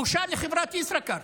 בושה לחברת ישראכרט.